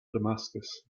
damascus